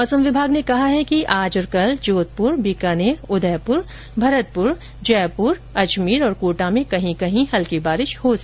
मौसम विभाग ने कहा है कि आज और कल जोधपुर बीकानेर उदयपुर भरतपुर जयपुर अजमेर तथा कोटा में कहीं कहीं हलकी बारिश के आसार हैं